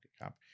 cap